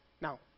now